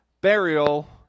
burial